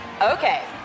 Okay